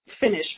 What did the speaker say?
finish